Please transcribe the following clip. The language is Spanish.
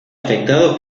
afectado